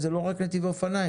אבל זה לא רק נתיבי אופניים.